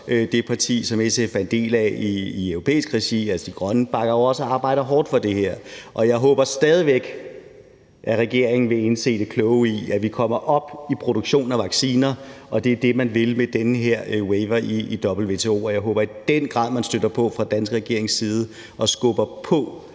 det parti, som SF er en del af i europæisk regi, altså Den Grønne Gruppe, bakker jo også op om og arbejder hårdt for det her. Og jeg håber stadig væk, at regeringen vil se det kloge i, at vi kommer op i produktion af vacciner. Og det er det, man vil med den her waiver i WTO, og jeg håber i den grad, at man støtter og fra den danske regerings side skubber på